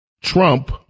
Trump